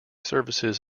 services